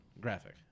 graphic